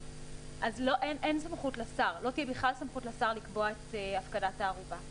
אז לא תהיה סמכות לשר לקבוע את הפקדת הערובה.